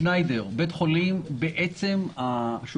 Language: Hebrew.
שניידר הוא בית חולים לילדים שעומד